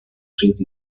trees